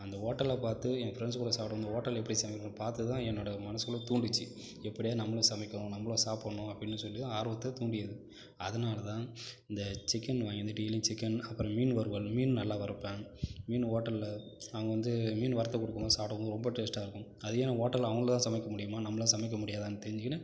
அந்த ஹோட்டலில் பார்த்து என் ஃப்ரெண்ட்ஸ் கூட சாப்பிடம் போது ஹோட்டலில் எப்படி சமைப்பாங்கன்னு பார்த்து தான் என்னோடய மனசுக்குள்ள தூண்டிச்சு எப்படியாவது நம்மளும் சமைக்கணும் நம்மளும் சாப்பிட்ணும் அப்படின்னு சொல்லி ஆர்வத்தை தூண்டியது அதனால் தான் இந்த சிக்கன் வாங்கி வந்து டெய்லி சிக்கன் அப்புறம் மீன் வறுவல் மீன் நல்லா வறுப்பேன் மீன் ஹோட்டலில் அவங்க வந்து மீன் வறுத்து கொடுத்தும் போது சாப்பிடும் போது ரொம்ப டேஸ்ட்டாக இருக்கும் அதையும் நான் ஹோட்டலில் அவங்க தான் சமைக்க முடியுமா நம்மளாம் சமைக்க முடியாதான்னு தெரிஞ்கின்னு